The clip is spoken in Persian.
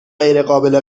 غیرقابل